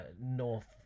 North